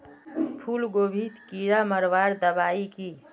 फूलगोभीत कीड़ा मारवार दबाई की?